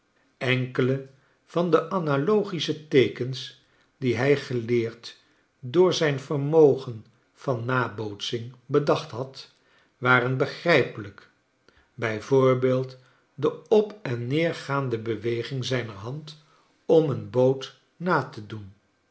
enkele van de analogische teekens die hij geleerd door zijn vermogen van nabootsing bedacht had waren begrijpelijk bij voorbeeld de op en neer gaande beweging zijner hand om een boot na te doen